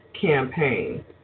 campaign